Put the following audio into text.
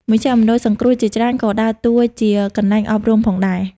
មជ្ឈមណ្ឌលសង្គ្រោះជាច្រើនក៏ដើរតួជាកន្លែងអប់រំផងដែរ។